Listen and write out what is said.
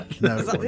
No